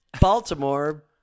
Baltimore